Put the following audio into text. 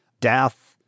death